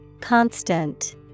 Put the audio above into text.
Constant